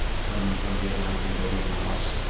from from vietnam, cambodia and laos.